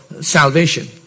salvation